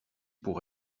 pour